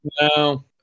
No